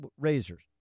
razors